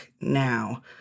now